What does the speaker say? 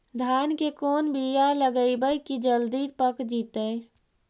धान के कोन बियाह लगइबै की जल्दी पक जितै?